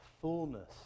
fullness